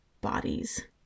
bodies